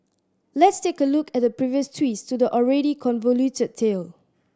let's take a look at the previous twists to the already convoluted tale